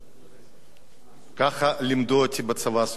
ככה לימדו אותי בצבא הסובייטי, להתייחס,